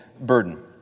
burden